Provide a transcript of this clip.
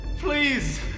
Please